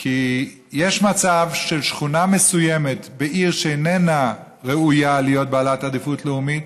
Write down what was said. כי יש מצב של שכונה מסוימת בעיר שאיננה ראויה להיות בעלת עדיפות לאומית,